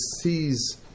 sees